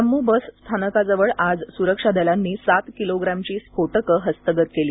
Jammu bus स्थानकाजवळ आज सुरक्षा दलांनी सात किलोग्रामची स्फोटकं हस्तगत केली